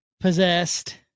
possessed